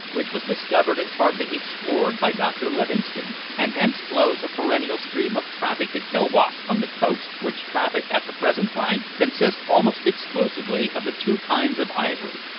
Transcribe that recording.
which was discovered and partly explored by dr livingstone, and hence flows a perennial stream of traffic to kilwa, on the coast which traffic, at the present time, consists almost exclusively of the two kinds of ivory,